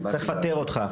צריך לפטר אותך.